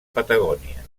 patagònia